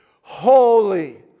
holy